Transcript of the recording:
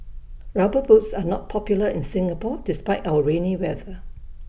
rubber boots are not popular in Singapore despite our rainy weather